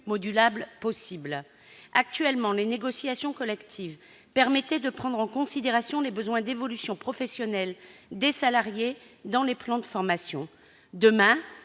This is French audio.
modulables possible. Actuellement, les négociations collectives permettent de prendre en considération les besoins d'évolutions professionnelles des salariés dans les plans de formation. Demain,